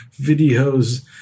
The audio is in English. videos